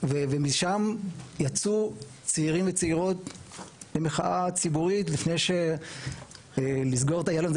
ומשם יצאו צעירים וצעירות למחאה ציבורית לסגור את איילון.